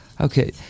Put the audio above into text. Okay